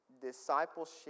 discipleship